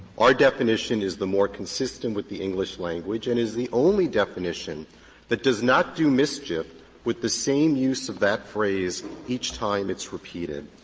our definition is the more consistent with the english language, and is the only definition that does not do mischief with the same use of that phrase each time it's repeated.